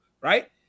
right